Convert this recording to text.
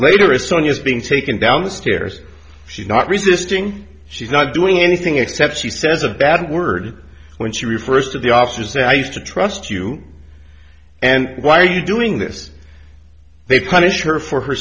later a son is being taken down the stairs she's not resisting she's not doing anything except she says a bad word when she refers to the officers that i used to trust you and why are you doing this they punish her for her